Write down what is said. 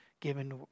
given